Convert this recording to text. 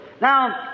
Now